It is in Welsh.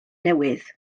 newydd